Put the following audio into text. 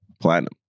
Platinum